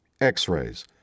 x-rays